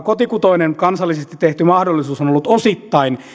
kotikutoinen kansallisesti tehty mahdollisuutemme on ollut osittain